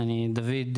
הביאו ילדים.